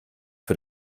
für